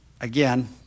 again